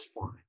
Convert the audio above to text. fine